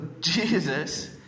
Jesus